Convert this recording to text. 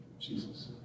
Jesus